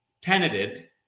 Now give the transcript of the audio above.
tenanted